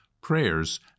prayers